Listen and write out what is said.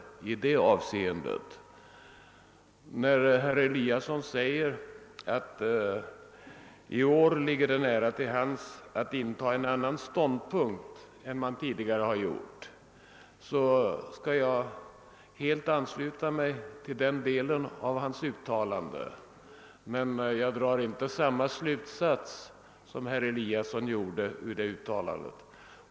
När herr Eliasson i Sundborn säger att det i år ligger nära till hands att inta en annan ståndpunkt än tidigare, så kan jag helt ansluta mig till det uttalandet — men jag drar inte samma slutsats som herr Eliasson gjorde.